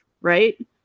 right